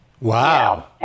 Wow